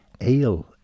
Ale